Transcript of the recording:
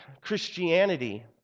Christianity